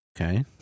Okay